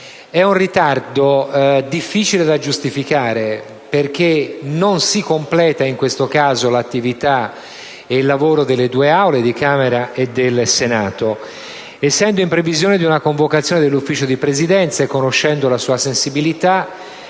È un ritardo difficile da giustificare, perché in questo caso non si completa l'attività e il lavoro delle due Aule di Camera e Senato. Essendo in previsione di una convocazione del Consiglio di Presidenza e conoscendo la sua sensibilità,